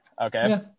Okay